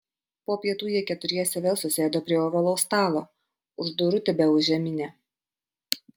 po pietų jie keturiese vėl susėdo prie ovalaus stalo už durų tebeūžė minia